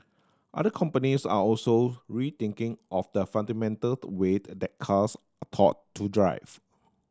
other companies are also rethinking off the fundamental way that cars are taught to drive